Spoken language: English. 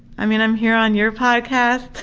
i mean, i'm here on your podcast,